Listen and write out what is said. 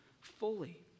fully